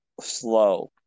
slow